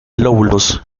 lóbulos